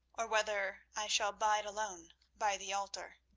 or whether i shall bide alone by the altar?